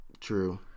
True